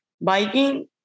biking